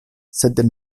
sed